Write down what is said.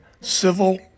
civil